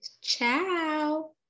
Ciao